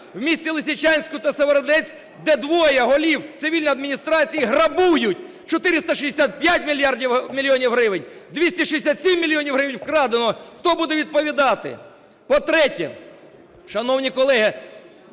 У місті Лисичанську та Сєвєродонецьку, де двоє голів цивільної адміністрації грабують, 465 мільйонів гривень, 267 мільйонів гривень вкрадено, хто буде відповідати? По-третє, шановні колеги,